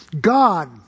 God